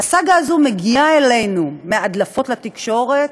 והסאגה הזאת מגיעה אלינו מהדלפות לתקשורת,